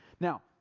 Now